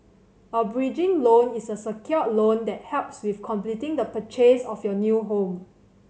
a bridging loan is a secured loan that helps with completing the purchase of your new home